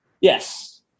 Yes